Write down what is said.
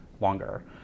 longer